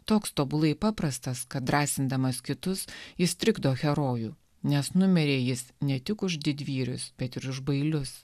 toks tobulai paprastas kad drąsindamas kitus jis trikdo herojų nes numirė jis ne tik už didvyrius bet ir už bailius